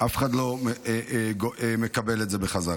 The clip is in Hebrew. ואף אחד לא מקבל את זה בחזרה.